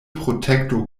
protekto